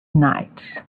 night